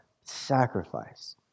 sacrifice